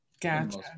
gotcha